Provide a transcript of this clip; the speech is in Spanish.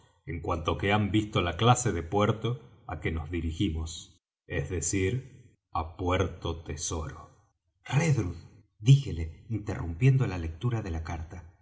en cuanto que han visto la clase de puerto á que nos dirijimos es decir á puerto tesoro redruth díjele interrumpiendo la lectura de la carta